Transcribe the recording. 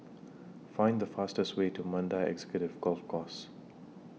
Find The fastest Way to Mandai Executive Golf Course